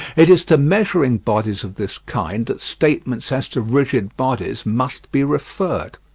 it is to measuring-bodies of this kind that statements as to rigid bodies must be referred.